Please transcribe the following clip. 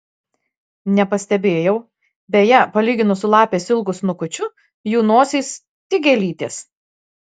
nepastebėjau beje palyginus su lapės ilgu snukučiu jų nosys tik gėlytės